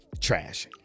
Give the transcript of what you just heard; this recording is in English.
trash